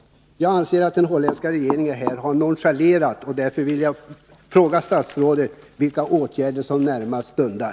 Jag anser att den holländska regeringen har nonchalerat detta, och därför vill jag fråga statsrådet vilka åtgärder som närmast stundar.